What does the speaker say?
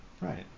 Right